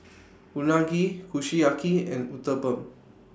Unagi Kushiyaki and Uthapam